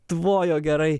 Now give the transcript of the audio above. tvojo gerai